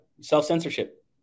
Self-censorship